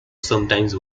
sometimes